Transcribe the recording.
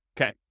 Okay